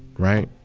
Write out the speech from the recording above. right?